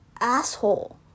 asshole